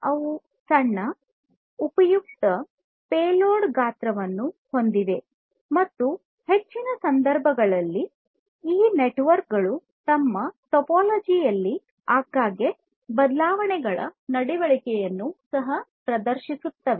ಅವು ಸಣ್ಣ ಉಪಯುಕ್ತ ಪೇಲೋಡ್ ಗಾತ್ರವನ್ನು ಹೊಂದಿವೆ ಮತ್ತು ಹೆಚ್ಚಿನ ಸಂದರ್ಭಗಳಲ್ಲಿ ಈ ನೆಟ್ವರ್ಕ್ ಗಳು ತಮ್ಮ ಟೋಪೋಲಜಿಯಲ್ಲಿ ಆಗಾಗ್ಗೆ ಬದಲಾವಣೆಗಳ ನಡವಳಿಕೆಯನ್ನು ಸಹ ಪ್ರದರ್ಶಿಸುತ್ತವೆ